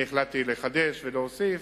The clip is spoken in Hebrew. אני החלטתי לחדש ולהוסיף